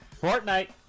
Fortnite